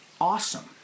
Awesome